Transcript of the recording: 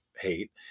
hate